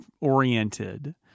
oriented